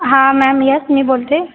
हा ma'am yes मी बोलते